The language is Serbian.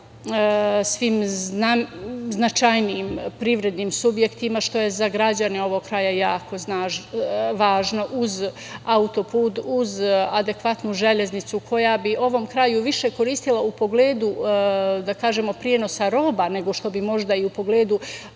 sa svim značajnijim privrednim subjektima što je za građane ovog kraja jako važno. Uz autoput, uz adekvatnu železnicu koja bi ovom kraju više koristila u pogledu, da kažemo, prenosa roba nego što bi možda i u pogledu